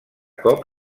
cop